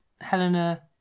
Helena